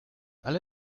alle